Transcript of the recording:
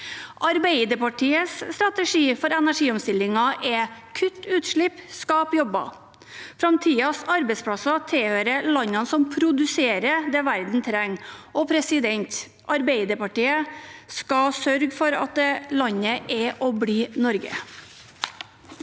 Arbeiderpartiets strategi for energiomstillingen er å kutte utslipp og skape jobber. Framtidens arbeidsplasser tilhører landene som produserer det verden trenger. Og Arbeiderpartiet skal sørge for at det landet er og blir Norge.